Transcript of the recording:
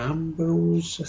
Ambrose